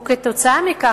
כתוצאה מכך,